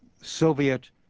soviet